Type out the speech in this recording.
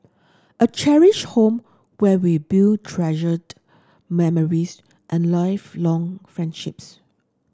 a cherished home where we build treasured memories and lifelong friendships